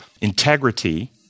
integrity